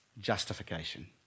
justification